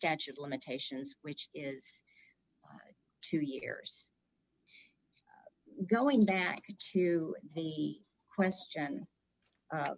statute limitations which is two years going back to the question